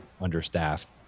understaffed